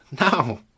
No